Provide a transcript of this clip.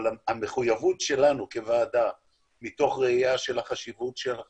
האם בוועדה רואים את השקף שאני מציג בזום?